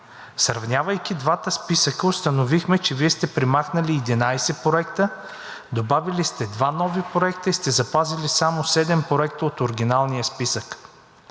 Сравнявайки двата списъка, установихме, че Вие сте премахнали 11 проекта, добавили сте два нови и сте запазили само 7 проекта от оригиналния списък.